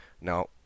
Now